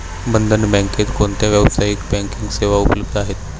बंधन बँकेत कोणत्या व्यावसायिक बँकिंग सेवा उपलब्ध आहेत?